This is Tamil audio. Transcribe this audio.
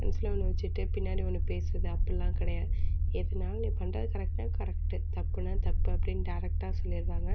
மனசில் ஒன்று வச்சுட்டு பின்னாடி ஒன்று பேசுகிறது அப்புடிலாம் கிடையாது எதுனாலும் நீ பண்ணுறது கரெக்ட்னால் கரெக்ட்டு தப்புனால் தப்பு அப்படின்னு டேரெக்ட்டாக சொல்லிடுவாங்க